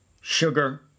sugar